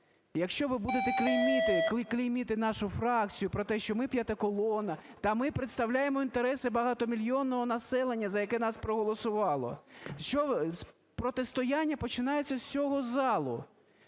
Якщо ви будете клеймити нашу фракцію про те, що ми "п'ята колона", та ми представляємо інтереси багатомільйонного населення, яке за нас проголосувало. Протистояння починається з цього залу.